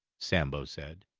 sambo said.